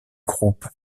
groupe